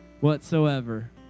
whatsoever